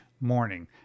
morning